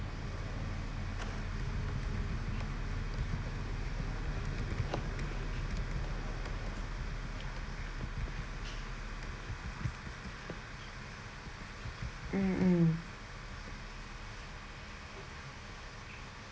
mm mm